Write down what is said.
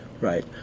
right